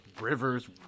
rivers